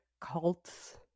cults